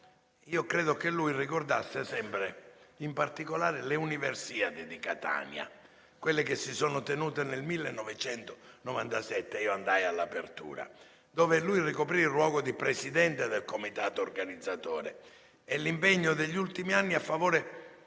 io credo che egli ricordasse sempre, in particolare, le Universiadi di Catania, quelle che si sono tenute nel 1997. Io andai alla loro apertura, dove lui ricopriva il ruolo di Presidente del comitato organizzatore. L'impegno degli ultimi anni a favore